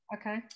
Okay